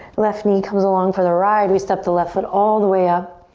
left knee comes along for the ride. we step the left foot all the way up.